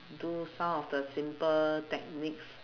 do some of the simple techniques